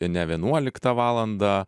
ne vienuoliktą valandą